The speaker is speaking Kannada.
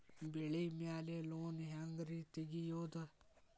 ಬೆಳಿ ಮ್ಯಾಲೆ ಲೋನ್ ಹ್ಯಾಂಗ್ ರಿ ತೆಗಿಯೋದ?